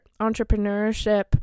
entrepreneurship